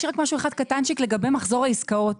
יש עוד משהו קטן, אדוני, לגבי מחזור העסקאות.